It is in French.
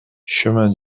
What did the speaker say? chemin